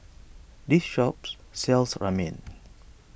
this shops sells Ramen